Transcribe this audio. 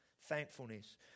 thankfulness